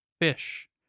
fish